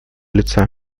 лица